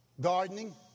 gardening